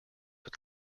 with